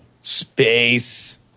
Space